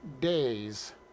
days